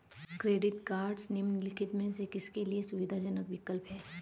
Credit cards निम्नलिखित में से किसके लिए सुविधाजनक विकल्प हैं?